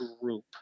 group